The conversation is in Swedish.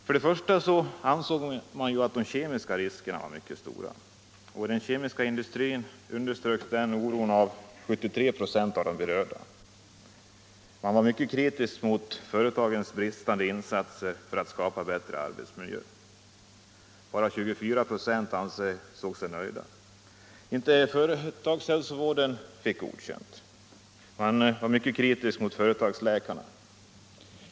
För det första anser man att de kemiska riskerna är mycket stora. I den kemiska industrin underströk 73 26 av de berörda den oron. Man var mycket kritisk mot företagens bristande insatser för att skapa bättre arbetsmiljö. Bara 24 ?4 ansåg sig nöjda. Inte heller företagshälsovården fick godkänt. Man var mycket kritisk mot företagsläkarna.